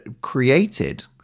created